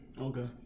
Okay